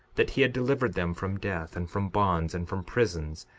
that he had delivered them from death, and from bonds, and from prisons,